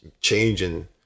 changing